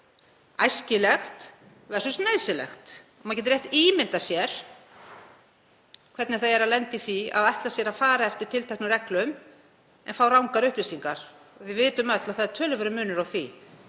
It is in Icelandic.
æskilegt versus nauðsynlegt. Maður getur rétt ímyndað sér hvernig það er að lenda í því að ætla sér að fara eftir tilteknum reglum en fá rangar upplýsingar. Við vitum öll að töluverður munur er á því,